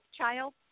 child